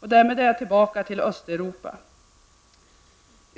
Därmed är jag tillbaka till Östeuropa.